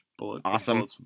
Awesome